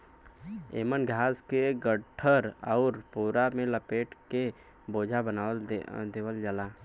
एमन घास के गट्ठर आउर पोरा में लपेट के बोझा बना देवल जाला